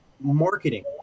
marketing